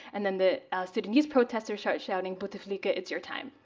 and then the sudanese protester started shouting, bouteflika, it's your time,